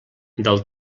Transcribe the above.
del